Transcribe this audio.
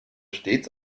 stets